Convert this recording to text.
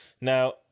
Now